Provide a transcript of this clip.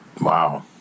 Wow